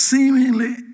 Seemingly